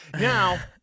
Now